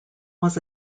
was